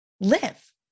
live